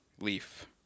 Leaf